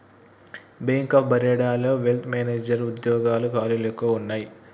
bank of బరోడాలోని wealth management వుద్యోగాల ఖాళీలు ఎక్కువగా వున్నయ్యి